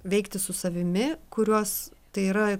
veikti su savimi kuriuos tai yra